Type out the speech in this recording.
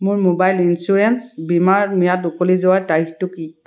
মোৰ mobile insurance বীমাৰ ম্যাদ উকলি যোৱাৰ তাৰিখটো কি